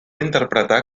interpretar